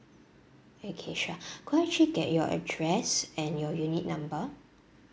okay sure could I actually get your address and your unit number